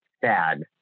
sad